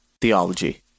Theology